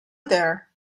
there